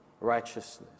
righteousness